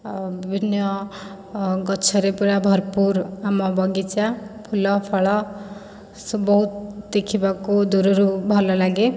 ଆଉ ବିଭିନ୍ନ ଗଛରେ ପୂରା ଭରପୁର ଆମ ବଗିଚା ଫୁଲ ଫଳ ସେ ବହୁତ ଦେଖିବାକୁ ଦୂରରୁ ଭଲଲାଗେ